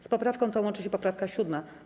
Z poprawką tą łączy się poprawka 7.